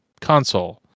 console